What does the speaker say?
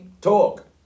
talk